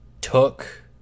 took